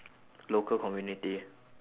local community